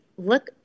Look